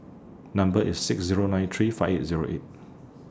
Number IS six Zero nine three five Zero eight